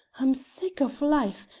i'm sick of life,